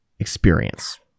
experience